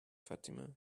fatima